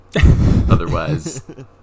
Otherwise